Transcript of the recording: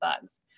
bugs